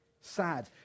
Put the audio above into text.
Sad